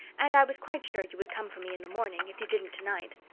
and i was quite sure you would come for me in the morning, if you didn't to-night.